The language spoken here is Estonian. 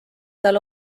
tal